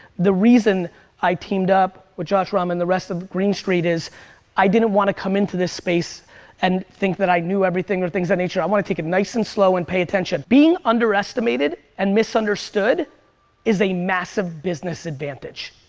the reason i teamed up with josh, rama, and the rest of green street is i didn't want to come into this space and think that i knew everything or things of that nature, i want to take it nice and slow and pay attention. being underestimated and misunderstood is a massive business advantage.